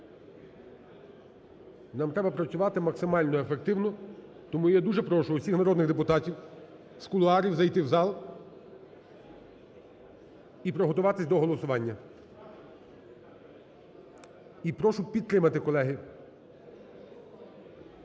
Нам треба працювати максимально ефективно, тому я дуже прошу усіх народних депутатів з кулуарів зайти у зал і приготуватись до голосування. І прошу підтримати, колеги.